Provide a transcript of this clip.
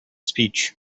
speech